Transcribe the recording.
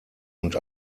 und